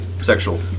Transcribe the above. sexual